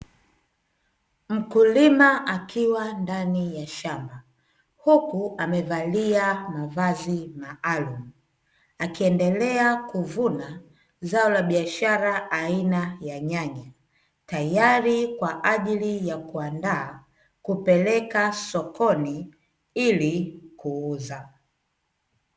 Mkulima akiwa ndani ya shamba, huku amevalia mavazi maalumu, akiendelea kuvuna zao la biashara aina ya nyanya, tayari kwa ajili ya kuandaa kupeleka sokoni ili kuuza.